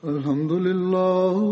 Alhamdulillah